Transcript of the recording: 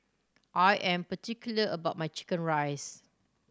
I am particular about my chicken rice